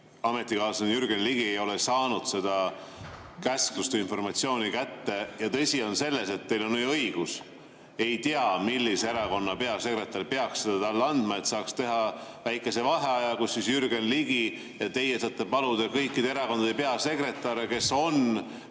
ametikaaslane Jürgen Ligi ei ole saanud seda käsklust või informatsiooni kätte – ja tõsi on see, teil on õigus, et te ei tea, millise erakonna peasekretär peaks selle talle andma –, siis saaks teha väikese vaheaja, mille jooksul Jürgen Ligi ja teie saate paluda kõikide erakondade peasekretäre, kes on